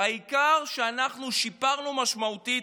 העיקר ששיפרנו משמעותית